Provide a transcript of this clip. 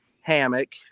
hammock